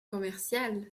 commerciales